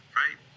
right